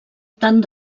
tant